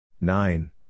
Nine